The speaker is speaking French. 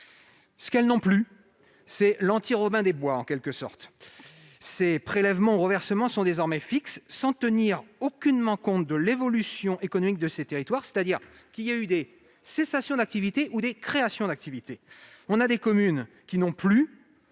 ce qu'elles n'ont plus. C'est un « anti Robin des bois », en quelque sorte ! Ces prélèvements ou reversements sont désormais fixes, sans tenir aucunement compte de l'évolution économique des territoires, c'est-à-dire des cessations ou des créations d'activités. On a ainsi des communes qui n'ont plus